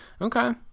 okay